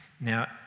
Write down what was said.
Now